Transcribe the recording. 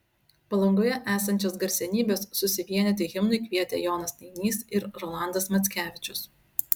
palangoje esančias garsenybes susivienyti himnui kvietė jonas nainys ir rolandas mackevičius